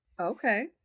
Okay